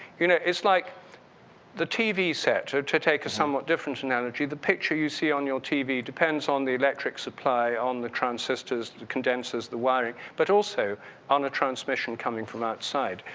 you know, it's like the tv set, or to take a somewhat different analogy the picture you see on your tv depends on the electric supply on the transistors, the condensers, the wiring, but also on a transmission coming from outside.